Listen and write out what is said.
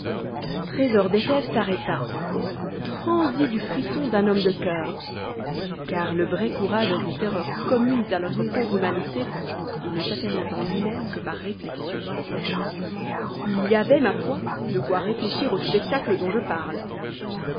trésor des fèves s'arrêta transi du frisson d'un homme de cœur car le vrai courage a des terreurs communes a notre pauvre humanité et ne s'affermit en luimême que par réflexion il y avait ma foi de quoi réfléchir au spectacle dont je parle